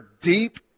deep